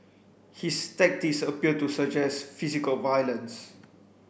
his tactics appear to suggest physical violence